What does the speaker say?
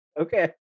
Okay